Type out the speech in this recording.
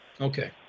Okay